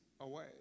away